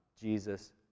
Jesus